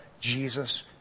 Jesus